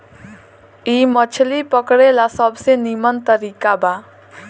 इ मछली पकड़े ला सबसे निमन तरीका बा